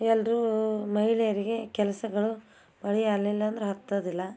ಎಲ್ಲರೂ ಮಹಿಳೆಯರಿಗೆ ಕೆಲಸಗಳು ಮಳೆ ಆಲಿಲ್ಲಂದ್ರೆ ಹತ್ತೋದಿಲ್ಲ